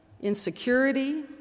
insecurity